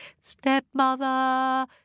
stepmother